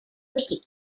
nikki